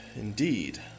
Indeed